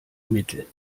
mittel